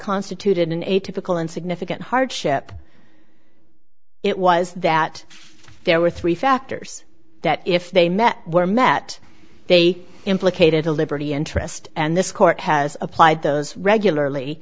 constituted an atypical and significant hardship it was that there were three factors that if they met were met they implicated a liberty interest and this court has applied those regularly